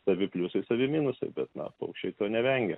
savi pliusai savi minusai bet na paukščiai to nevengia